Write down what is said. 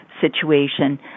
situation